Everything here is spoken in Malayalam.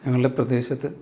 ഞങ്ങളുടെ പ്രദേശത്ത്